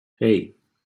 hey